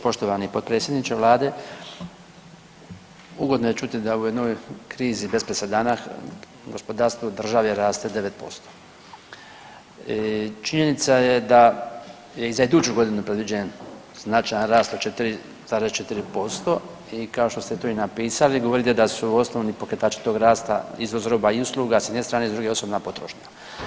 Poštovani potpredsjedniče vlade, ugodno je čuti da u jednoj krizi bez presedana gospodarstvo u državi raste 9% i činjenica je da je i za iduću godinu predviđen značajan rast od 4,4% i kao što ste to i napisali, govorite da su osnovni pokretači tog rasta izvoz roba i usluga s jedne strane i s druge osobna potrošnja.